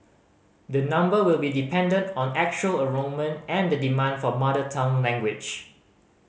the number will be dependent on actual enrolment and the demand for mother tongue language